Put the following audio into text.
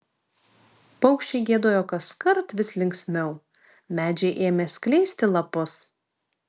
paukščiai giedojo kaskart vis linksmiau medžiai ėmė skleisti lapus